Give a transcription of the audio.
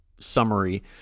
summary